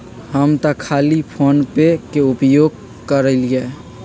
हम तऽ खाली फोनेपे के उपयोग करइले